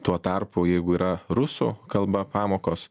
tuo tarpu jeigu yra rusų kalba pamokos